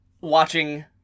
watching